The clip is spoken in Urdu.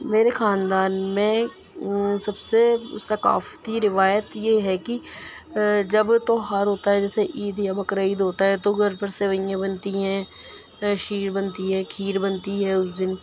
میرے خاندان میں سب سے ثقافتی روایت یہ ہے کہ جب تہوار ہوتا ہے جیسے عید یا بقرا عید ہوتا ہے تو گھر پر سوئیاں بنتی ہیں شیر بنتی ہے کھیر بنتی ہے اُس دِن